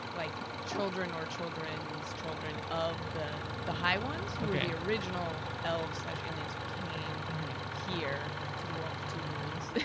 like, children or children's children of the the high ones, who were yeah the original elves like aliens that came here to the world of two moons.